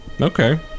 Okay